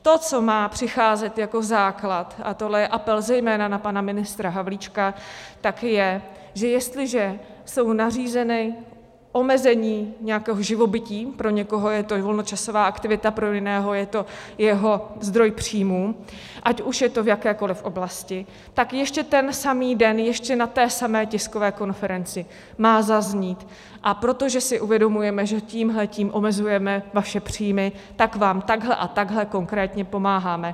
To, co má přicházet jako základ, a tohle je apel zejména na pana ministra Havlíčka, tak je, že jestliže jsou nařízena omezení nějakého živobytí, pro někoho je to i volnočasová aktivita, pro jiného je to jeho zdroj příjmů, ať už je to v jakékoli oblasti, tak ještě ten samý den ještě na té samé tiskové konferenci má zaznít: a protože si uvědomujeme, že tímhle omezujeme vaše příjmy, tak vám takhle a takhle konkrétně pomáháme.